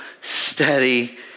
steady